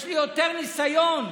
יש לי יותר ניסיון.